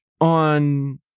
on